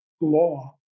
law